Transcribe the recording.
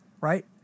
right